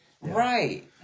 Right